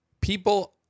people